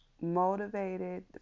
motivated